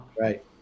Right